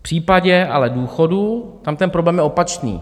V případě ale důchodů tam ten problém je opačný.